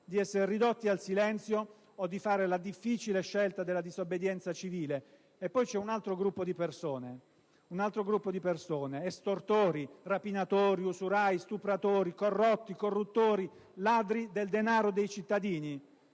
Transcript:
di essere ridotti al silenzio o di fare la difficile scelta della disobbedienza civile. Poi c'è un altro gruppo di persone: estortori, rapinatori, usurai, stupratori, corrotti, corruttori, ladri del denaro dei cittadini.